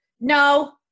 no